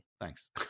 thanks